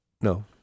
No